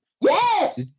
Yes